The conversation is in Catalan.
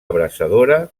abraçadora